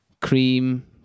cream